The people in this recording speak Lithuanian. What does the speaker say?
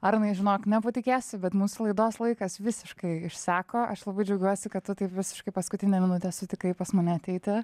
arnai žinok nepatikėsi bet mūsų laidos laikas visiškai išseko aš labai džiaugiuosi kad tu taip visiškai paskutinę minutę sutikai pas mane ateiti